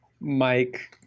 Mike